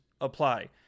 apply